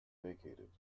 vacated